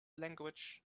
language